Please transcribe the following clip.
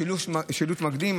שילוט מקדים.